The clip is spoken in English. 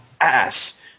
ass